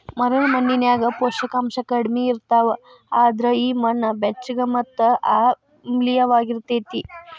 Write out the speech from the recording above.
ಮರಳ ಮಣ್ಣಿನ್ಯಾಗ ಪೋಷಕಾಂಶ ಕಡಿಮಿ ಇರ್ತಾವ, ಅದ್ರ ಈ ಮಣ್ಣ ಬೆಚ್ಚಗ ಮತ್ತ ಆಮ್ಲಿಯವಾಗಿರತೇತಿ